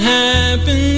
happen